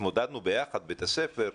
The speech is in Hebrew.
התמודדנו ביחד, בית הספר.